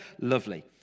Lovely